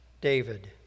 David